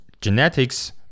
genetics